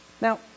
Now